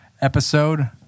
episode